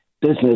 Business